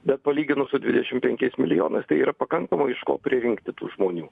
bet palyginus su dvidešim penkiais milijonais tai yra pakankamai iš ko pririnkti tų žmonių